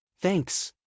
Thanks